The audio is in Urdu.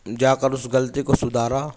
جا کر اس غلطی کو سدھارا